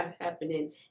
happening